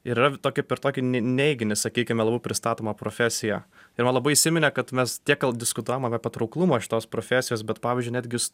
yra tokia per tokį neiginį sakykime labiau pristatoma profesija ir man labai įsiminė kad mes tiek diskutuojam apie patrauklumą šitos profesijos bet pavyzdžiui netgi